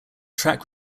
track